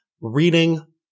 reading